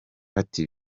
ati